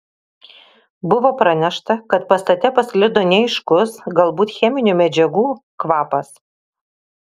buvo pranešta kad pastate pasklido neaiškus galbūt cheminių medžiagų kvapas